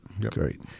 Great